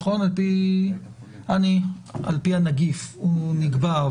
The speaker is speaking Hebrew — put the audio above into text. על-פי הנגיף הוא נקבע,